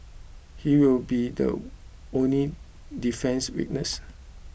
he will be the only defence witness